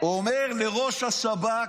לראש השב"כ,